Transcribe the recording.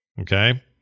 Okay